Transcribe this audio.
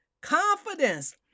Confidence